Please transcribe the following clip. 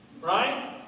Right